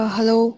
Hello